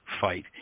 fight